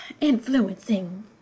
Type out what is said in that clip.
influencing